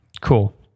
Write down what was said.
Cool